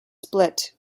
split